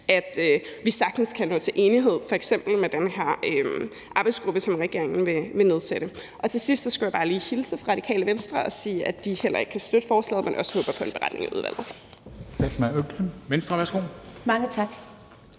at vi sagtens kan nå til enighed, f.eks. om den her arbejdsgruppe, som regeringen vil nedsætte. Til sidst skulle jeg bare lige hilse fra Radikale Venstre og sige, at de heller ikke kan støtte forslaget, men også håber på en beretning i udvalget.